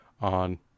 on